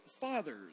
fathers